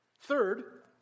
Third